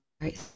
right